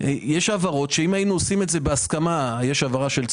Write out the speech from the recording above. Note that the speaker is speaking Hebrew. יש העברות שאם היינו עושים בהסכמה יש העברה של צה"ל,